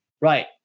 Right